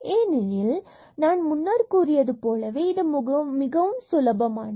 ஏனெனில் நான் முன்னர் கூறியது போலவே இது மிகவும் சுலபமானது